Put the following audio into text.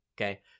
Okay